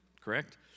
Correct